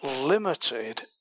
limited